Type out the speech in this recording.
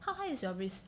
how high is your risk